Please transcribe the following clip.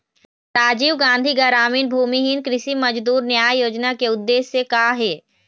राजीव गांधी गरामीन भूमिहीन कृषि मजदूर न्याय योजना के उद्देश्य का हे?